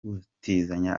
gutiza